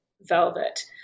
velvet